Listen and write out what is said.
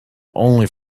only